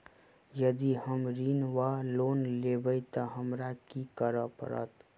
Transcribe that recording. यदि हम ऋण वा लोन लेबै तऽ हमरा की करऽ पड़त?